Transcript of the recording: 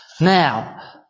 Now